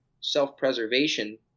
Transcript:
self-preservation